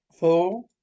Four